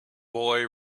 boy